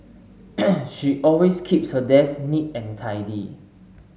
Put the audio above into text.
she always keeps her desk neat and tidy